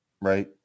right